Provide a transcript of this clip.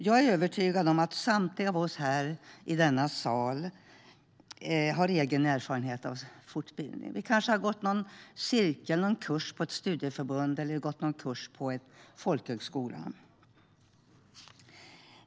Jag är övertygad om att samtliga av oss här i denna sal har egen erfarenhet av folkbildning. Vi kanske har deltagit i en cirkel eller gått en kurs på ett studieförbund eller en folkhögskola.